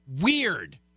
weird